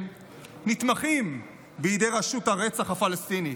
נתמכים בידי רשות הרצח הפלסטינית.